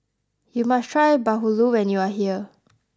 you must try Bahulu when you are here